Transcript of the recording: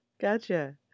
Gotcha